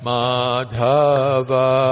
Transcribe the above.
Madhava